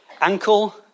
Ankle